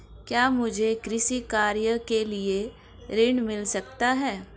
क्या मुझे कृषि कार्य के लिए ऋण मिल सकता है?